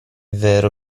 vero